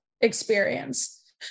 experience